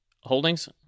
holdings